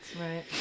right